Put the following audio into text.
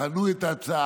הם בחנו את ההצעה,